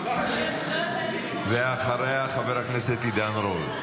בבקשה, ואחריה, חבר הכנסת עידן רול.